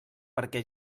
perquè